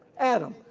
adam,